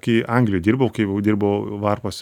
kai anglijoj dirbau kai dirbau varpos